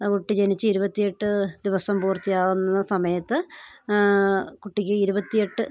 കുട്ടി ജനിച്ച് ഇരുപത്തിയെട്ട് ദിവസം പൂർത്തിയാകുന്ന സമയത്ത് കുട്ടിക്ക് ഇരുപത്തിയെട്ട്